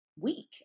week